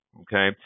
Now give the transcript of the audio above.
Okay